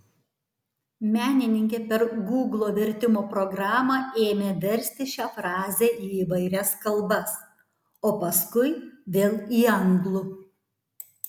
menininkė per gūglo vertimo programą ėmė versti šią frazę į įvairias kalbas o paskui vėl į anglų